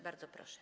Bardzo proszę.